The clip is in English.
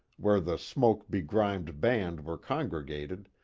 where the smoke begrimed band were congregated,